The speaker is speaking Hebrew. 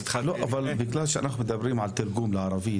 אבל בגלל שאנחנו מדברים על תרגום לערבית